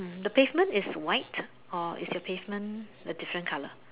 hmm the pavement is white or is the pavement a different color